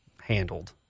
handled